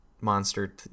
monster